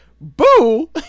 boo